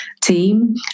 team